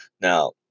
Now